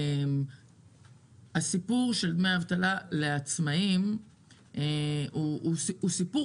הסיפור של דמי אבטלה לעצמאים הוא סיפור